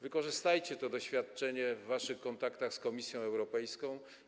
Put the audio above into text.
Wykorzystajcie to doświadczenie w waszych kontaktach z Komisją Europejską.